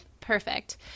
perfect